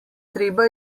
treba